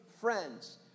friends